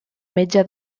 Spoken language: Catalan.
metge